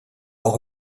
auch